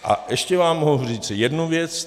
A ještě vám mohu říci jednu věc.